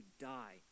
die